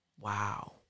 wow